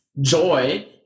joy